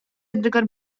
ардыгар